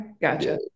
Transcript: gotcha